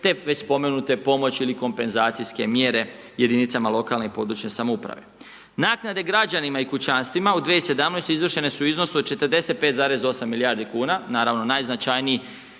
te već spomenute pomoći ili kompenzacijske mjere jedinicama lokalne i područne samouprave. Naknade građanima i kućanstvima u 2017. izvršene su u iznosu od 45,8 milijardi kuna naravno najznačajniji